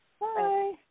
Bye